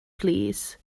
plîs